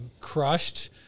crushed